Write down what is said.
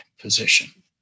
position